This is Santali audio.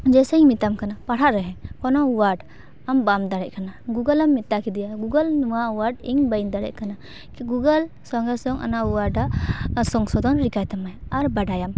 ᱡᱮᱭᱥᱮᱧ ᱢᱮᱛᱟᱢ ᱠᱟᱱᱟ ᱯᱟᱲᱦᱟᱜ ᱨᱮ ᱠᱳᱱᱳ ᱳᱣᱟᱨᱰ ᱟᱢ ᱵᱟᱢ ᱫᱟᱲᱮᱜ ᱠᱟᱱᱟ ᱜᱩᱜᱳᱞᱮᱢ ᱢᱮᱛᱟ ᱠᱮᱫᱮᱭᱟ ᱜᱩᱜᱳᱞ ᱱᱚᱣᱟ ᱳᱣᱟᱨᱰ ᱤᱧ ᱵᱟᱹᱧ ᱫᱟᱲᱮᱭᱟᱜ ᱠᱟᱱᱟ ᱠᱤ ᱜᱩᱜᱳᱞ ᱥᱚᱸᱜᱮ ᱥᱚᱝ ᱚᱱᱟ ᱳᱣᱟᱨᱰᱟ ᱥᱚᱝᱥᱳᱫᱷᱚᱱ ᱨᱤᱠᱟᱹᱭ ᱛᱟᱢᱟᱭ ᱟᱨ ᱵᱟᱰᱟᱭᱟᱢᱟ